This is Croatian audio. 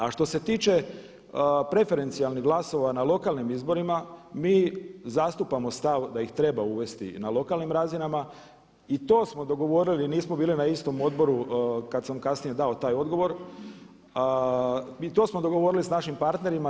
A što se tiče preferencijalnih glasova na lokalnim izborima, mi zastupamo stav da ih treba uvesti na lokalnim razinama i to smo dogovorili, nismo bili na istom odboru kada sam kasnije dao taj odgovor i to smo dogovorili sa našim partnerima.